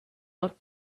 not